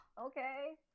okay